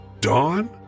Dawn